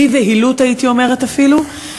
בבהילות הייתי אומרת אפילו,